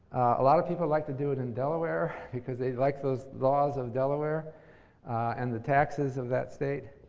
a lot of people like to do it in delaware, because they like those laws of delaware and the taxes of that state.